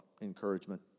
encouragement